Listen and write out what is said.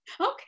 okay